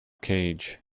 cage